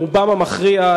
ברובם המכריע,